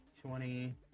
twenty